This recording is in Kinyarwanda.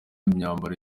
imyambaro